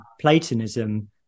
Platonism